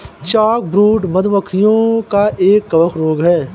chalkbrood, मधु मक्खियों का एक कवक रोग है